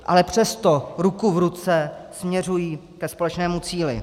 Ale přesto, ruku v ruce, směřují ke společnému cíli.